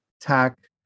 tack